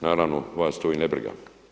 Naravno vas to i ne briga.